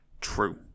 True